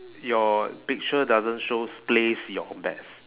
your picture doesn't shows place your bets